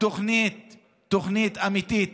תוכנית אמיתית